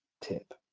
tip